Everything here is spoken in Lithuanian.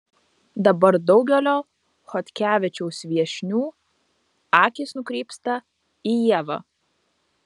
dabar daugelio chodkevičiaus viešnių akys nukrypsta į ievą